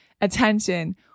attention